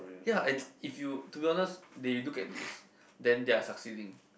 ya and if you to be honest they look at this then they are succeeding